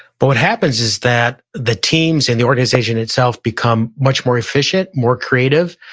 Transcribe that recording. but what happens is that the teams in the organization itself become much more efficient, more creative,